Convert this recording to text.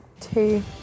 two